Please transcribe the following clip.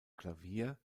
klavier